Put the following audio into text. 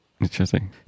Interesting